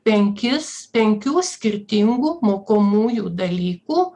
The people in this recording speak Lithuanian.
penkis penkių skirtingų mokomųjų dalykų